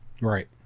Right